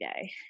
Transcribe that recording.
day